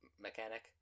mechanic